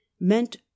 meant